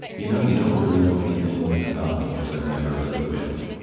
you know, you don't really know anything about me because i've never let you in,